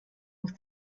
muss